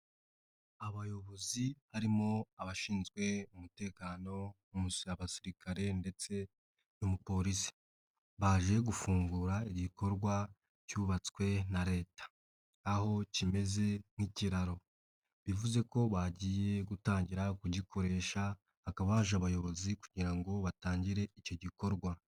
Abayobozi barimo abashinzwe umutekano, abasirikare ndetse n'umupolisi, baje gufungura igikorwa cyubatswe na Leta aho kimeze nk'ikiraro, bivuze ko bagiye gutangira kugikoresha hakaba haje abayobozi kugira ngo batangire icyo gikorwa.